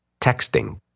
texting